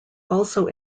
also